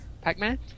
Pac-Man